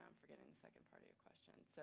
um forgetting the second part of your question. so